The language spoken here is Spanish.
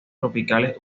tropicales